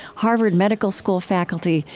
harvard medical school faculty,